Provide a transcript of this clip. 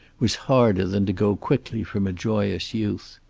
was harder than to go quickly, from a joyous youth.